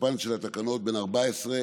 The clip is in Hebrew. הגבלת פעילות במקומות עבודה ובבתי עסק,